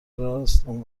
راست، اون